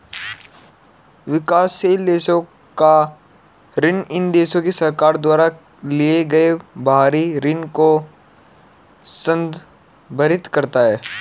विकासशील देशों का ऋण इन देशों की सरकार द्वारा लिए गए बाहरी ऋण को संदर्भित करता है